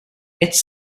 it’s